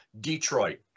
Detroit